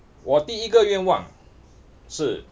我第一个愿望是